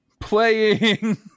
playing